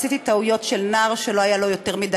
עשיתי טעויות של נער שלא היה לו יותר מדי